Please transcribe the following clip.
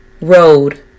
Road